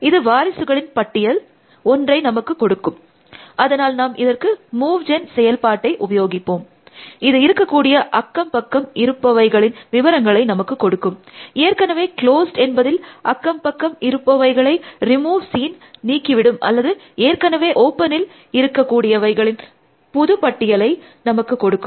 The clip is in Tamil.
இது வாரிசுகளின் பட்டியல் ஒன்றை நமக்கு கொடுக்கும் அதனால நாம் இதற்கு மூவ் ஜென் செயல்பாட்டை உபயோகிப்போம் இது இருக்கக்கூடிய அக்கம்பக்கம் இருப்பவைகளின் விபரங்களை நமக்கு கொடுக்கும் ஏற்கெனவே க்ளோஸ்ட் என்பதில் அக்கம்ப்பக்கம் இருப்பவைகளை ரிமூவ் சீன் நீக்கி விடும் அல்லது ஏற்கெனவே ஓப்பனில் இருக்கக்கூடியவைகளின் புது பட்டியலை நமக்கு கொடுக்கும்